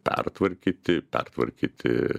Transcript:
pertvarkyti pertvarkyti